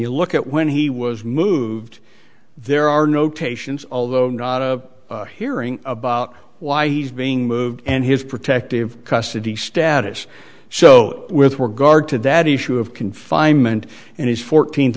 you look at when he was moved there are notations although not hearing about why he's being moved and his protective custody status so with we're guard to that issue of confinement and his fourteenth